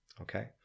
Okay